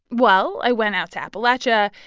well, i went out to appalachia.